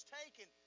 taken